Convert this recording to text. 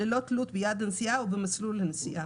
ללא תלות ביעד הנסיעה או במסלול הנסיעה.